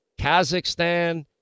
Kazakhstan